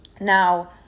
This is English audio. Now